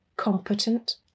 Competent